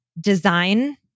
design